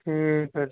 ਠੀਕ ਹੈ